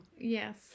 Yes